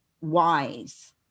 wise